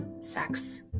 sex